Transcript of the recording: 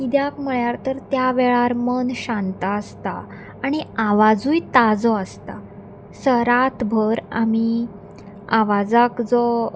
किद्याक म्हळ्यार तर त्या वेळार मन शांत आसता आनी आवाजूय ताजो आसता स रातभर आमी आवाजाक जो जो